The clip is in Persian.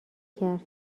کرد